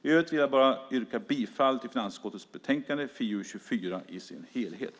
I övrigt vill jag bara yrka bifall till förslaget till beslut i finansutskottets betänkande FiU24 i dess helhet.